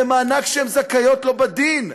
זה מענק שהן זכאיות לו בדין,